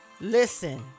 Listen